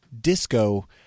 disco